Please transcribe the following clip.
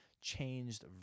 changed